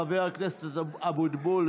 חבר הכנסת אבוטבול,